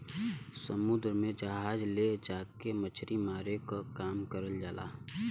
समुन्दर में जहाज ले जाके मछरी मारे क काम करल जाला